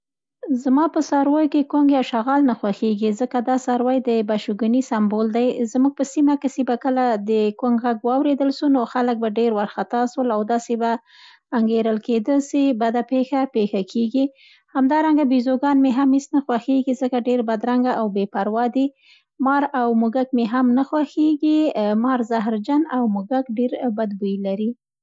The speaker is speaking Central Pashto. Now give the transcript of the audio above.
زما په څارویو کې کونګ یا شغال نه خوښېږي، ځکه دا څاروی د بدشګوني سبمول ده. زموږ په سیمه کې سی به کله د ګونګ غږ واورېدل سو، نو خلک به ډېر ورخطا سول او داسې به انګېرل کېده سي، بده پېښه، پېښه کېږي. همدارنګه بیزوګان مې هم هېڅ نه خوښېږي، ځکه ډېر بدرنګه او بې پروا دي. مار او موږک مې هم نه خوښېږي، مار زهرجن ده او موږ ډېر بد بوی لري.